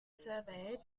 survey